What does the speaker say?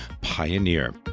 Pioneer